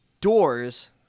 doors